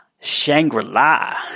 Shangri-La